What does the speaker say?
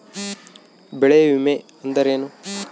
ಬೆಳೆ ವಿಮೆ ಅಂದರೇನು?